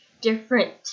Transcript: different